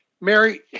Mary